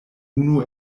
unu